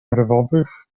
nerwowych